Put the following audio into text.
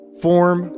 form